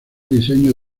diseño